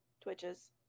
Twitches